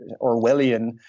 Orwellian